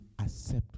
accept